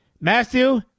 Matthew